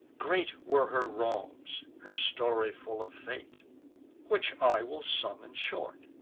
great were her wrongs, her story full of fate which i will sum in short.